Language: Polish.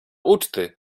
uczty